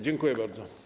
Dziękuję bardzo.